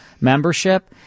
membership